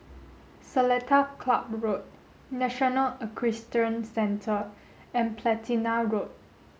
Seletar Club Road National Equestrian Centre and Platina Road